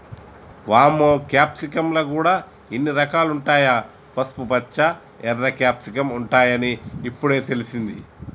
వామ్మో క్యాప్సికమ్ ల గూడా ఇన్ని రకాలుంటాయా, పసుపుపచ్చ, ఎర్ర క్యాప్సికమ్ ఉంటాయని ఇప్పుడే తెలిసింది